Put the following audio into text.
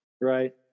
right